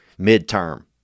midterm